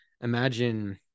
imagine